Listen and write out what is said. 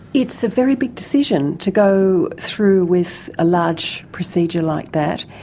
it's a very big decision to go through with a large procedure like that,